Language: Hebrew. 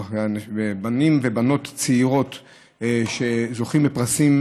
בו בנים ובנות צעירים שזוכים בפרסים